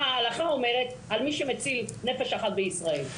ההלכה אומרת על מי שמציל נפש אחת בישראל.